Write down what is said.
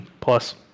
Plus